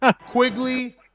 Quigley